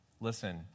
Listen